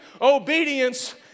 obedience